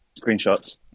screenshots